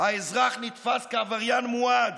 האזרח נתפס כעבריין מועד